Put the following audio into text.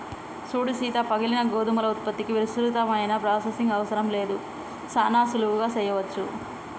సూడు సీత పగిలిన గోధుమల ఉత్పత్తికి విస్తృతమైన ప్రొసెసింగ్ అవసరం లేదు సానా సులువుగా సెయ్యవచ్చు